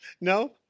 No